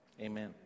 amen